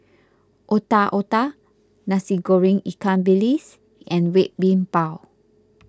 Otak Otak Nasi Goreng Ikan Bilis and Red Bean Bao